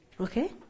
Okay